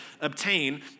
obtain